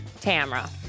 Tamra